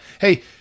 Hey